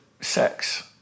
sex